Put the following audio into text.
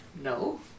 No